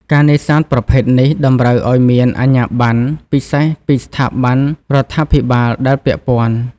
ការនេសាទប្រភេទនេះតម្រូវឱ្យមាន អាជ្ញាប័ណ្ណ ពិសេសពីស្ថាប័នរដ្ឋាភិបាលដែលពាក់ព័ន្ធ